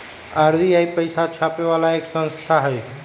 RBI पैसा छापे वाली एक संस्था हई